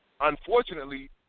unfortunately